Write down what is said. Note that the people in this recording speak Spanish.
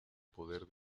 poder